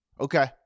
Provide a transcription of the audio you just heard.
Okay